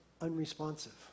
unresponsive